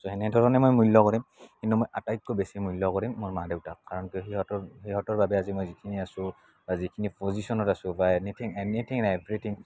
ছ' সেনেধৰণে মই মূল্য কৰিম কিন্তু মই আটাইতকৈ বেছি মূল্য কৰিম মোৰ মা দেউতাক কাৰণ কি সিহঁতৰ সিহঁতৰ বাবে আজি মই যিখিনি আছোঁ বা যিখিনি পজিশ্যনত আছোঁ বা এনিথিং এণ্ড এভ্ৰিথিং